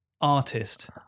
artist